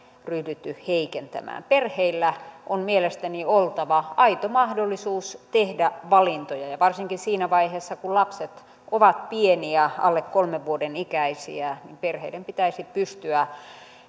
ryhdytty heikentämään perheillä on mielestäni oltava aito mahdollisuus tehdä valintoja ja varsinkin siinä vaiheessa kun lapset ovat pieniä alle kolmen vuoden ikäisiä perheiden pitäisi pystyä